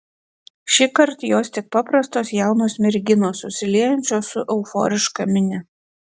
šįkart jos tik paprastos jaunos merginos susiliejančios su euforiška minia